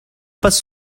passe